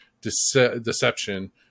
deception